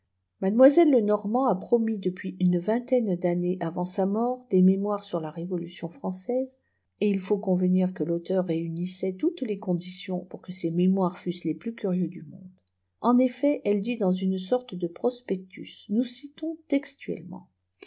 mademoiselle lenormant a promis depuis une vingtaine d'années avant sa mort des mémoires sur la révolution française et il faut convenir que tauteur réunissait toutes les conditions pour que ces mémoires fussent les plus curieux du monde en effet elle dit dans une sorte de prospectus nous citons textuellement